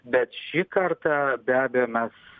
bet šį kartą be abejo mes